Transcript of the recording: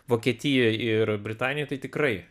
vokietijoj ir britanijoj tai tikrai